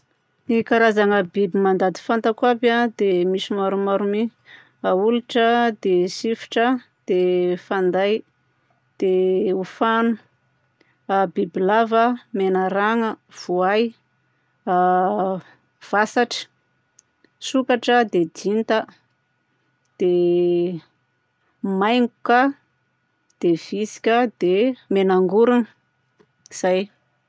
Ny karazagna biby mandady fantatro aby a dia misy maromaro mi: a holitra, dia sifotra, dia fanday, dia hofagna, bibilava, menaragna, voay, vasatra, sokatra dia dinta dia maingoka dia vitsika dia menangorona. Zay.